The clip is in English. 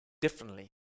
differently